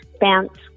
bounce